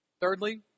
Thirdly